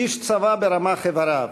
איש צבא ברמ"ח אבריו,